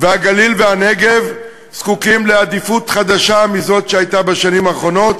והגליל והנגב זקוקים לעדיפות גבוהה מזו שהייתה בשנים האחרונות.